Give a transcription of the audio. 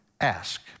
ask